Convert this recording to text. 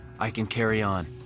i can carry on.